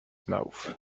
mouth